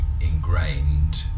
ingrained